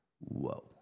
Whoa